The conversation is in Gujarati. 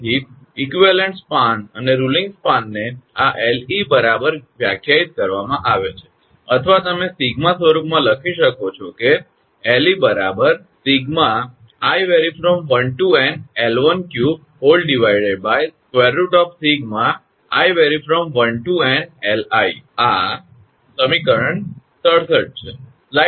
તેથી સમકક્ષ સ્પાન અને રુલીંગ સ્પાનને આ 𝐿𝑒 બરાબર વ્યાખ્યાયિત કરવામાં આવે છે અથવા આ તમે સિગ્મા સ્વરૂપમાં લખી શકો છો કે 𝐿𝑒 √Σ𝑛𝑖1𝐿13 √Σ𝑛𝑖1𝐿𝑖 આ સમીકરણ 67 છે